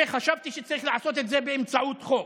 וחשבתי שצריך לעשות את זה באמצעות חוק.